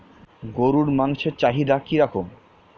গরুর মাংসের চাহিদা কি রকম?